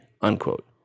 unquote